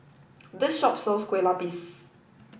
this shop sells Kueh Lapis